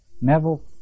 Neville